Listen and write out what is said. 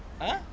!huh!